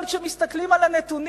אבל כשמסתכלים על הנתונים,